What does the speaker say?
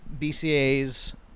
BCA's